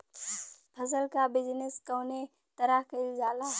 फसल क बिजनेस कउने तरह कईल जाला?